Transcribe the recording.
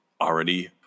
already